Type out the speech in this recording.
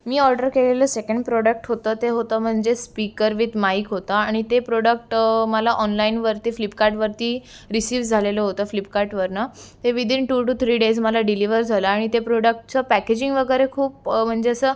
मी order केलेलं second product होतं ते होतं म्हणजे स्पीकर विथ माईक होता आणि ते प्रॉडक्ट मला ऑनलाईनवरती फ्लिपकार्टवरती रिसिव्ह झालेलं होतं फ्लिपकार्टवरनं ते within two two three days मला डिलिव्हर झालं आणि ते प्रॉडक्टचं पॅकेजिंग वगैरे खूप म्हणजे असं